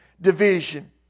Division